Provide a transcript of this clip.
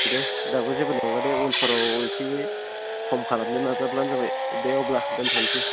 दे दाबो जेबो नंला दे उनफोराव इसे खम खालामनो नाजाब्लानो जाबाय दे अब्ला दोनथ'नोसै